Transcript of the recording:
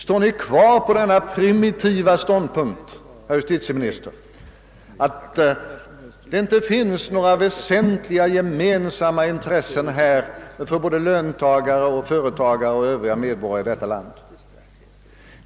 Står Ni kvar på den primitiva ståndpunkten, herr justitieminister, att det inte finns några väsentliga gemensamma intressen för löntagare, företagare och övriga medborgare i detta land?